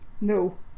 no